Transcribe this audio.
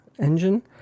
engine